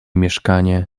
mieszkanie